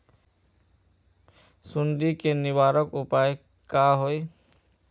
सुंडी के निवारक उपाय का होए?